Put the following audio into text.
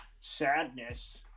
sadness